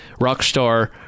rockstar